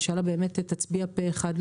אתה יודע, אינשאללה באמת תצביע פה אחד.